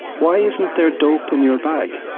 why isn't there dope in your bag?